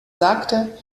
sagte